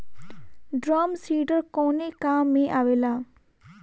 Drum seeder कवने काम में आवेला?